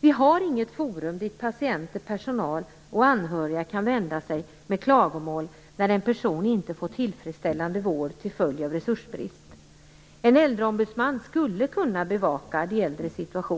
Det finns inget forum dit patienter, personal och anhöriga kan vända sig med klagomål när en person inte får tillfredsställande vård till följd av resursbrist. En äldreombudsman skulle kunna bevaka de äldres situation.